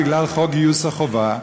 בגלל חוק גיוס החובה,